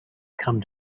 come